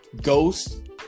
ghost